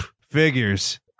figures